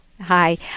Hi